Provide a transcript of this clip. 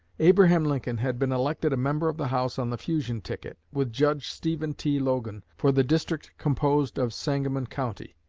abraham lincoln had been elected a member of the house on the fusion ticket, with judge stephen t. logan, for the district composed of sangamon county,